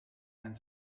and